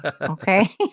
okay